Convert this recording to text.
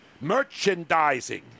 Merchandising